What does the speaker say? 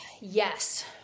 Yes